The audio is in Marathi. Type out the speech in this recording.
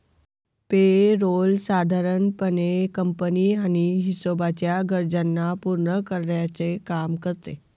पे रोल साधारण पणे कंपनी आणि हिशोबाच्या गरजांना पूर्ण करण्याचे काम करते